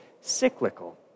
cyclical